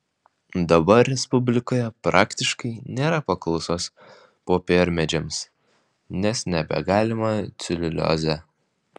dabar respublikoje praktiškai nėra paklausos popiermedžiams nes nebegaminama celiuliozė